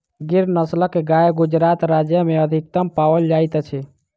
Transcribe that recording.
गिर नस्लक गाय गुजरात राज्य में अधिकतम पाओल जाइत अछि